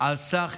31